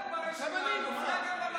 לא רק שהוא היה ברשימה, הוא היה גם במסך.